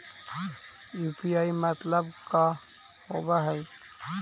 UPI मतलब का होब हइ?